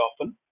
often